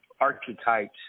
archetypes